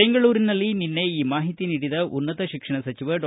ಬೆಂಗಳೂರಿನಲ್ಲಿ ನಿನ್ನೆ ಈ ಮಾಹಿತಿ ನೀಡಿದ ಉನ್ನತ ಶಿಕ್ಷಣ ಸಚಿವ ಡಾ